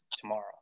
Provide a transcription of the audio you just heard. tomorrow